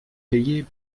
payer